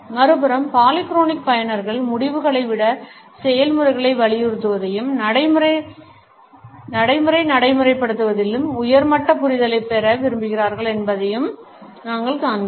மறுபுறம் பாலிக்ரோனிக் பயனர்கள் முடிவுகளை விட செயல்முறையை வலியுறுத்துவதையும் நடைமுறை நடைமுறைப்படுத்துதலில் உயர் மட்ட புரிதலைப் பெற விரும்புகிறார்கள் என்பதையும் நாங்கள் காண்கிறோம்